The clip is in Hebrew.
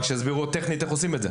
רק שיסבירו טכנית איך עושים את זה.